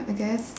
I guess